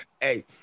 hey